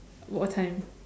what time